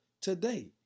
Today